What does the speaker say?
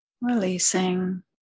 releasing